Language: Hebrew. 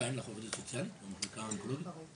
יש עובדים סוציאליים שמלווים אתכם במחלקות האונקולוגיות?